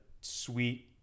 sweet